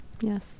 yes